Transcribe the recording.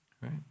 Right